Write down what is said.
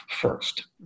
first